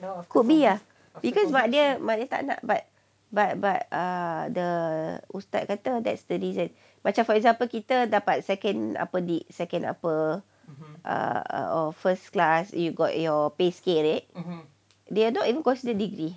could be ah because mak dia mak dia tak nak but but but uh the ustaz kata that's the reason macam for example kita dapat second upper the second upper uh or first class you got your pay scale it they are not even considered degree